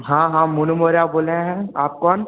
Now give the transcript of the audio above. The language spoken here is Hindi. हाँ हाँ मोनू मौर्या बोल रहे हैं आप कौन